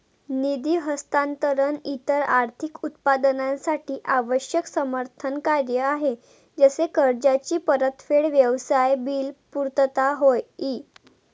निधी हस्तांतरण इतर आर्थिक उत्पादनांसाठी आवश्यक समर्थन कार्य आहे जसे कर्जाची परतफेड, व्यवसाय बिल पुर्तता होय ई